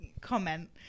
comment